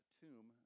tomb